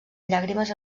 llàgrimes